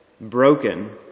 broken